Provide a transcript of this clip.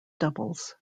doubles